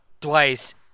Twice